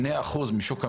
2% משוק המשכנתאות,